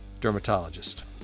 dermatologist